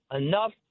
Enough